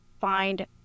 find